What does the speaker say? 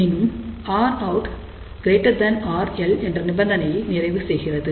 எனினும் RoutRL என்ற நிபந்தனையை நிறைவு செய்கிறது